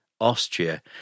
Austria